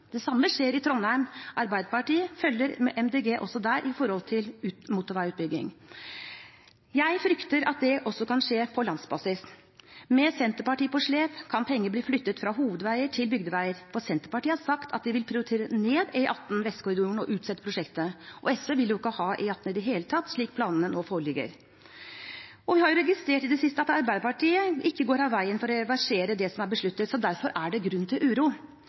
Det samme skjer i Trondheim. Arbeiderpartiet følger også der Miljøpartiet De Grønne når det gjelder motorveiutbygging. Jeg frykter at det også kan skje på landsbasis. Med Senterpartiet på slep kan penger bli flyttet fra hovedveier til bygdeveier, for Senterpartiet har sagt at de vil prioritere ned E18 i Vestkorridoren og utsette prosjektet. Og SV vil jo ikke ha E18 i det hele tatt, slik planene nå foreligger. Vi har i det siste registrert at Arbeiderpartiet ikke går av veien for å reversere det som er besluttet, så derfor er det grunn til uro.